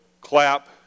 clap